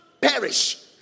perish